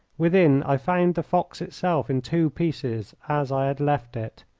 within, i found the fox itself in two pieces, as i had left it.